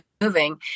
moving